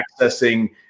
accessing